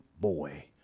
boy